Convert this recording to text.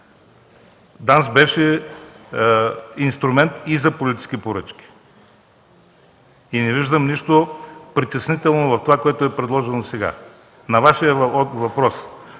беше инструмент и за политически поръчки. И не виждам нищо притеснително в това, което е предложено сега. На Вашия въпрос